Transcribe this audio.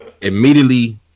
Immediately